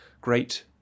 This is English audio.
great